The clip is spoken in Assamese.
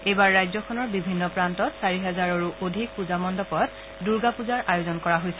এইবাৰ ৰাজ্যখনৰ বিভিন্ন প্ৰান্তত চাৰি হাজাৰৰো অধিক পূজা মণ্ডপত দুৰ্গা পূজাৰ আয়োজন কৰা হৈছে